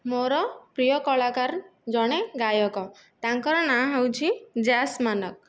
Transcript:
ମୋର ପ୍ରିୟ କଳାକାର ଜଣେ ଗାୟକ ତାଙ୍କର ନାଁ ହେଉଛି ଯାଶ ମାନକ